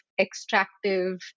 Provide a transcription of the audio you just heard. extractive